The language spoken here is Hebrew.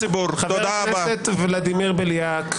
--- חבר הכנסת ולדימיר בליאק,